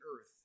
earth